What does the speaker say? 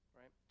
right